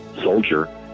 soldier